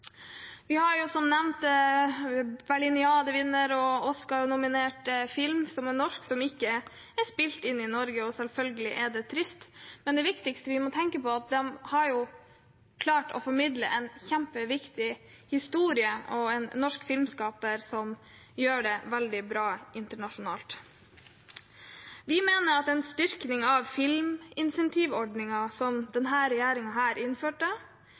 Vi har som nevnt Berlinalen-vinner og Oscar-nominert film som er norske, men som ikke er spilt inn i Norge. Selvfølgelig er det trist, men det viktigste vi må tenke på, er at de har klart å formidle en kjempeviktig historie, og vi har en norsk filmskaper som gjør det veldig bra internasjonalt. Vi mener at en styrking av filminsentivordningen, som denne regjeringen innførte som en oppfølging av filmmeldingen, er et mer riktig tiltak. Her